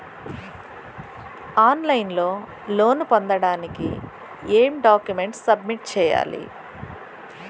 On line లో loan పొందటానికి ఎం డాక్యుమెంట్స్ సబ్మిట్ చేయాలి?